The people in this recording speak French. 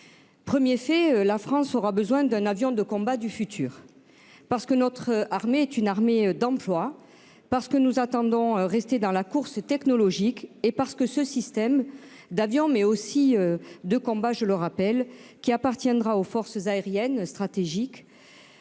Premier fait : la France aura besoin d'un avion de combat du futur, parce que notre armée est une armée d'emploi, parce que nous entendons rester dans la course technologique et parce que ce système d'avion, mais aussi- je le rappelle -de combat, qui appartiendra aux forces aériennes et stratégiques,